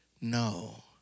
no